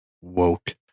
Woke